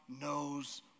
knows